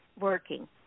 working